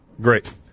Great